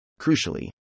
Crucially